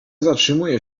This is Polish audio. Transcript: zatrzymuje